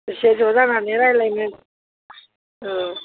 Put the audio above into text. एसे ज' जानानै रायज्लायनो औ